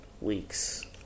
weeks